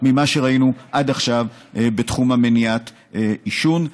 ממה שראינו עד עכשיו בתחום מניעת עישון.